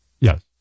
Yes